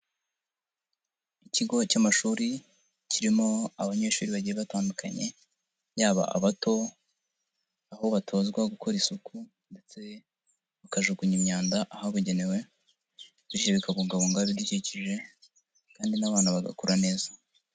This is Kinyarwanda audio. Ikigo cy'amashuri kirimo abanyeshuri bagiye batandukanye, yaba abato, aho batozwa gukora isuku ndetse bakajugunya imyanda ahabugenewe bityo bikabungabunga ibidukikije kandi n'abana bagakura neza.